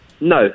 No